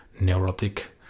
neurotic